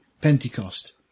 Pentecost